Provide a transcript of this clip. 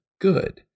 good